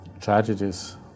tragedies